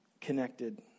connected